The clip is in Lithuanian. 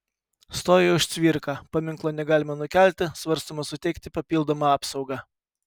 stojo už cvirką paminklo negalima nukelti svarstoma suteikti papildomą apsaugą